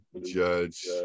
judge